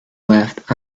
left